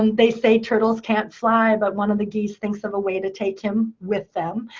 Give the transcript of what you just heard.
and they say turtles can't fly, but one of the geese thinks of a way to take him with them.